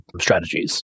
strategies